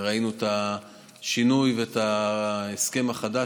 וראינו את השינוי ואת ההסכם החדש.